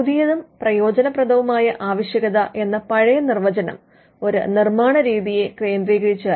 പുതിയതും പ്രയോജനപ്രദവുമായ ആവശ്യകത എന്ന പഴയ നിർവചനം ഒരു നിർമ്മാണ രീതിയെ കേന്ദ്രീകരിച്ചായിരുന്നു